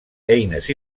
eines